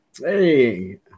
Hey